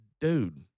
dude